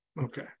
Okay